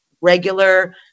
regular